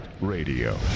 radio